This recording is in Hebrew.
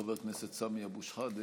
חבר הכנסת סמי אבו שחאדה,